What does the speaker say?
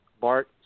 Bart